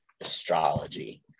astrology